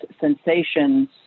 sensations